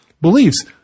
beliefs